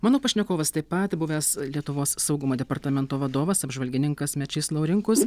mano pašnekovas taip pat buvęs lietuvos saugumo departamento vadovas apžvalgininkas mečys laurinkus